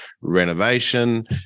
renovation